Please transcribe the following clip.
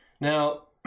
Now